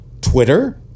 Twitter